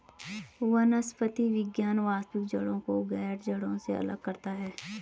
वनस्पति विज्ञान वास्तविक जड़ों को गैर जड़ों से अलग करता है